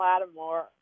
Lattimore